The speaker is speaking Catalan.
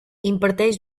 imparteix